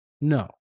No